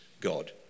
God